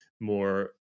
more